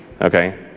okay